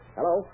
Hello